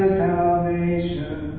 salvation